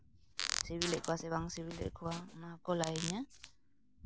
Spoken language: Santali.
ᱥᱤᱵᱤᱞᱮᱫ ᱠᱚᱣᱟ ᱥᱮ ᱵᱟᱝ ᱥᱤᱵᱤᱞᱮᱫ ᱠᱚᱣᱟ ᱚᱱᱟ ᱦᱚᱸᱠᱚ ᱞᱟᱹᱭ ᱤᱧᱟᱹ